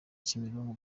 kimironko